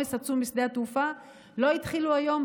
עומס עצום בשדה התעופה לא התחילו היום,